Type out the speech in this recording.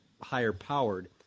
higher-powered